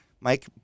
Mike